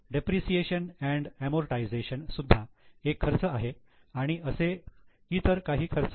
depreciation and amortization depreciation amortization सुद्धा एक खर्च आहे आणि असे इतर काही खर्च